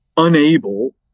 unable